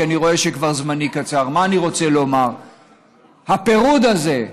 ואני רואה שזמני כברא קצר: הפירוד הזה,